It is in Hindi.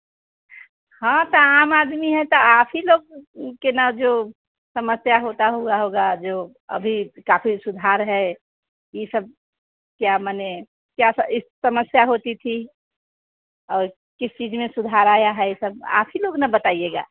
हाँ तो आम आदमी है तो आप ही लोग के न जो समस्या होता हुआ होगा जो अभी काफ़ी सुधार है यह सब क्या मने क्या समस्या होती थी और किस चीज़ में सुधार आया है यह सब आप ही लोग ना बताइएगा